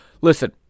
Listen